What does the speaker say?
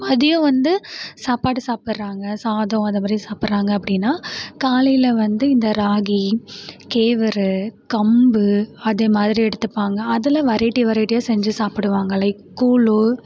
மதியம் வந்து சாப்பாடு சாப்பிடுறாங்க சாதம் அது மாதிரி சாப்பிடுறாங்க அப்படின்னா காலையில் வந்து இந்த ராகி கேவுரு கம்பு அது மாதிரி எடுத்துப்பாங்கள் அதில் வெரைட்டி வெரைட்டியாக செஞ்சு சாப்பிடுவாங்க லைக் கூழ்